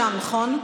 שם, נכון?